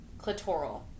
clitoral